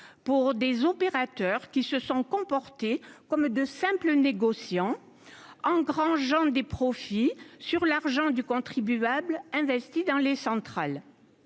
pour des opérateurs qui se sont comportés comme de simples négociant engrangeant des profits sur l'argent du contribuable investi dans les centrales,